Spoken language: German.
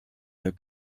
der